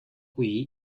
qui